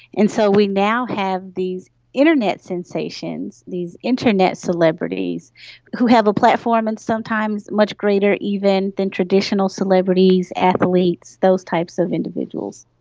and so we now have these internet sensations, these internet celebrities who have a platform and sometimes much greater even than traditional celebrities, athletes, those types of individuals.